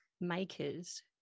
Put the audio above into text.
makers